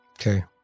Okay